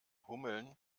hummeln